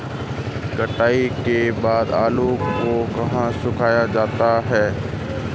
कटाई के बाद आलू को कहाँ सुखाया जाता है?